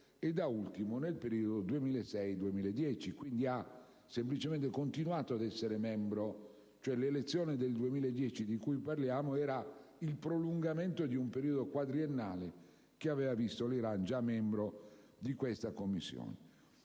e, da ultimo, nel periodo 2006-2010. Quindi, ha semplicemente continuato ad esserne membro. Dunque, l'elezione del 2010 di cui parliamo era il prolungamento di un periodo quadriennale che aveva visto l'Iran già membro della suddetta Commissione.